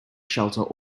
shelter